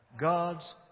God's